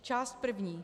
Část první.